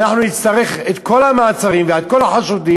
אנחנו נצטרך את כל המעצרים ועל כל החשודים,